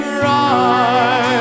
Cry